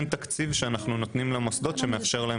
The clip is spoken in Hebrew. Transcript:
אין תקציב שאנחנו נותנים למוסדות שמאפשר להם